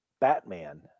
batman